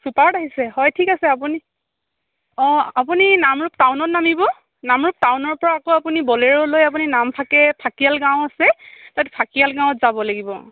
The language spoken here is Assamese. চুপাৰত আহিছে হয় ঠিক আছে আপুনি অঁ আপুনি নামৰূপ টাউনত নামিব নামৰূপ টাউনৰপৰা আকৌ আপুনি বলেৰ' লৈ আপুনি নামফাকে ফাকিয়াল গাঁও আছে তাত ফাকিয়াল গাঁৱত যাব লাগিব